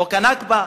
חוק ה"נכבה",